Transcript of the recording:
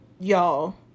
y'all